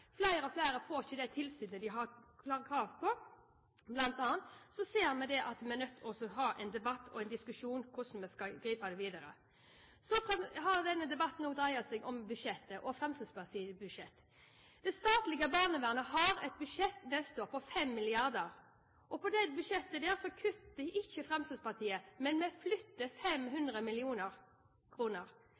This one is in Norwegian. Flere og flere får ikke det tilsynet de har krav på. Blant annet ser vi at vi er nødt til å ha en debatt og en diskusjon om hvordan vi skal gripe dette an videre. Denne debatten har også dreid seg om budsjettet, også Fremskrittspartiets budsjett. Det statlige barnevernet har et budsjett neste år på 5 mrd. kr. I det budsjettet kutter ikke Fremskrittspartiet, men vi flytter 500